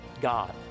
God